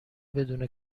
بدون